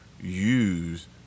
use